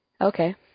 Okay